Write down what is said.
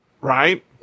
Right